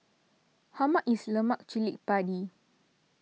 how much is Lemak Cili Padi